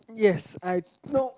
yes I know